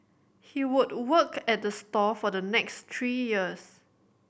he would work at the store for the next three years